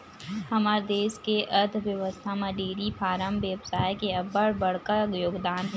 हमर देस के अर्थबेवस्था म डेयरी फारम बेवसाय के अब्बड़ बड़का योगदान हे